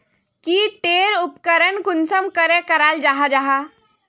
की टेर उपकरण कुंसम करे कराल जाहा जाहा?